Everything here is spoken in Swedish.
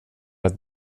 att